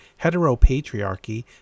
heteropatriarchy